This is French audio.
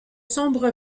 sombre